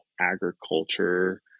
agriculture